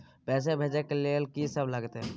पैसा भेजै ल की सब लगतै?